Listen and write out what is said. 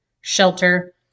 shelter